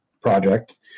project